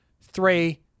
Three